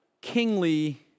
kingly